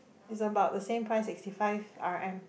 it's about the same price eighty five R_M